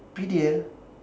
P_D_L